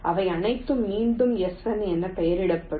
அவை அனைத்தும் மீண்டும் S 1 என பெயரிடப்படும்